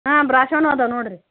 ಹಾಂ ಬ್ರಾಶೋನು ಅದಾವೆ ನೋಡಿರಿ